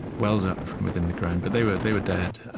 wells up from within the ground. but they were they were dead.